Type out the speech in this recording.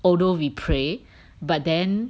although we pray but then